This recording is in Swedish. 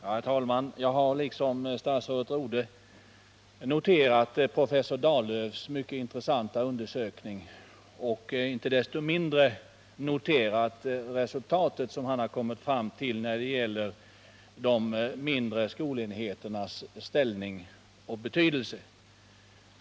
Herr talman! Jag har liksom statsrådet Rodhe noterat professor Dahllöfs mycket intressanta undersökning och inte minst det resultat han kommit fram till när det gäller de mindre skolenheternas ställning och betydelse.